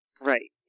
Right